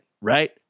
Right